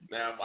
Now